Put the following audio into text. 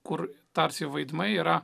kur tarsi vaidmai yra